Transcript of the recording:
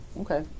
Okay